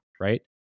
right